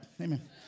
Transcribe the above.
Amen